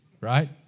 Right